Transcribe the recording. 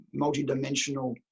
multidimensional